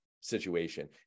situation